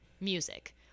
music